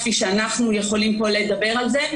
כפי שאנחנו מדברים עליו כאן,